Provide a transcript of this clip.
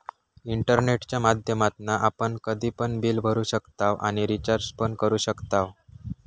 इंटरनेटच्या माध्यमातना आपण कधी पण बिल भरू शकताव आणि रिचार्ज पण करू शकताव